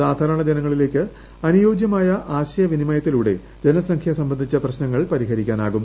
സാധാരണ ജനങ്ങളിലേക്ക് അനുയോജ്യമായ ആശയവിനിമയത്തിലൂടെ ജനസംഖ്യ സംബന്ധിച്ച പ്രശ്നങ്ങൾ പരിഹരിക്കാനാകും